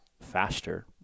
faster